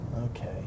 okay